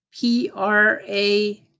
P-R-A